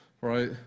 right